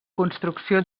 construcció